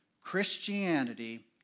Christianity